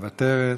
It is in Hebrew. מוותרת,